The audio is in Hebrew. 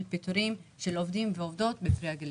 פיטורים של עובדים ועובדות בפרי הגליל.